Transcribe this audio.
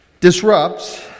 disrupts